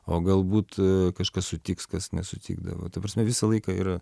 o galbūt kažkas sutiks kas nesutikdavo ta prasme visą laiką yra